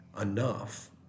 enough